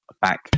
back